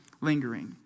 lingering